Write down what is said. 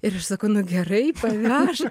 ir aš sakau nu gerai pavežk